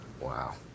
Wow